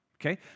Okay